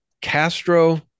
Castro